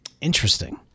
Interesting